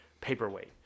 paperweight